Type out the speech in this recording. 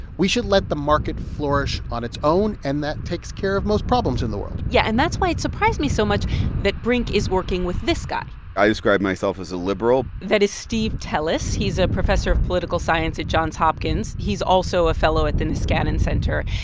we should let the market flourish on its own, and that takes care of most problems in the world yeah, and that's why it surprised me so much that brink is working with this guy i describe myself as a liberal that is steven teles. he's a professor of political science at johns hopkins. he's also a fellow at the niskanen center.